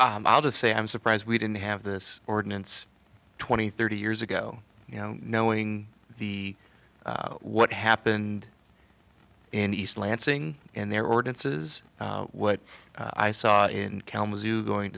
birch i'll just say i'm surprised we didn't have this ordinance twenty thirty years ago you know knowing the what happened in east lansing and their ordinances what i saw in kalamazoo going